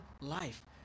life